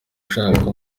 ashaka